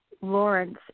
Lawrence